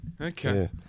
Okay